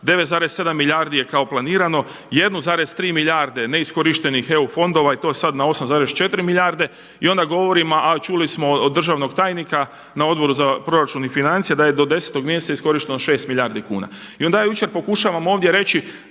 9,7 milijardi je kao planirano, 1,3 milijardu neiskorištenih EU fondova i to sada na 8,4 milijarde i onda govorimo, a čuli smo od državnog tajnika na Odboru za proračun i financije da je do 10. mjeseca iskorišteno 6 milijardi kuna. I onda ja jučer pokušavam ovdje reći